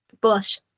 Bush